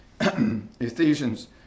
Ephesians